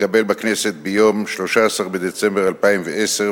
התקבל בכנסת ביום 13 בדצמבר 2010,